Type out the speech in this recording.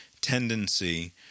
tendency